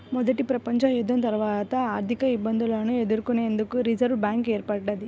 మొదటి ప్రపంచయుద్ధం తర్వాత ఆర్థికఇబ్బందులను ఎదుర్కొనేందుకు రిజర్వ్ బ్యాంక్ ఏర్పడ్డది